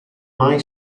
mai